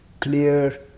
clear